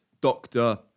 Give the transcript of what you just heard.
doctor